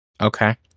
Okay